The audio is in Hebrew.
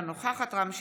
אינה נוכחת רם שפע,